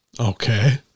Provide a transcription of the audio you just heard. Okay